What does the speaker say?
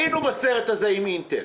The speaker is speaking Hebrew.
היינו בסרט הזה עם אינטל.